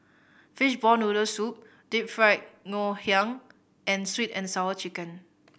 fishball noodle soup Deep Fried Ngoh Hiang and Sweet And Sour Chicken